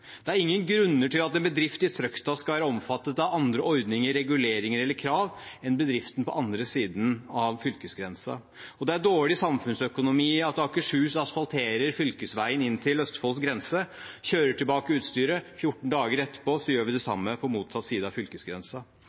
Det er ingen grunner til at en bedrift i Trøgstad skal være omfattet av andre ordninger, reguleringer og krav enn bedriften på den andre siden av fylkesgrensen. Og det er dårlig samfunnsøkonomi når Akershus asfalterer fylkesveien inn til Østfolds grense og kjører tilbake utstyret og vi 14 dager etterpå gjør det samme på motsatt side av